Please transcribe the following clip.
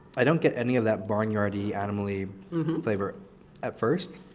i don't get any of that barnyard-y, animal-y flavor at first